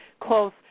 close